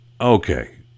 Okay